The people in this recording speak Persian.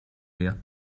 بیاد